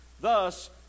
Thus